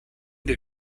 les